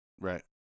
Right